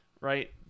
right